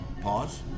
Pause